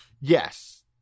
Yes